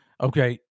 okay